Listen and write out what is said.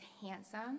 handsome